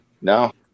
No